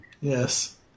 Yes